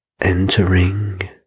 entering